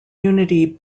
unity